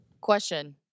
question